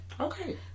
Okay